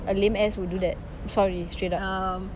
a lame ass will do that I'm sorry straight up